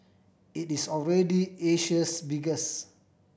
it is already Asia's biggest